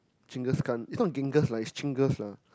Genghis-Khan it's not Genghis lah it's Genghis lah